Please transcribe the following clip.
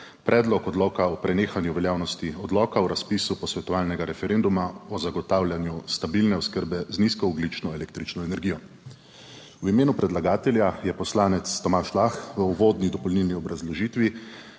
Predlog odloka o prenehanju veljavnosti Odloka o razpisu posvetovalnega referenduma o zagotavljanju stabilne oskrbe z nizkoogljično električno energijo. V imenu predlagatelja je poslanec Tomaž Lah v uvodni dopolnilni obrazložitvi